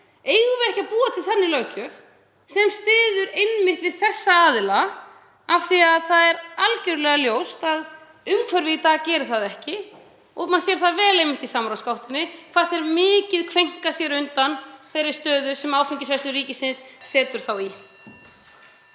Eigum við ekki að búa til þannig löggjöf sem styður einmitt við þessa aðila? Það er algerlega ljóst að umhverfið í dag gerir það ekki og maður sér það vel í samráðsgáttinni hvað þessir aðilar kveinka sér mikið undan þeirri stöðu sem áfengisverslun ríkisins setur þá í.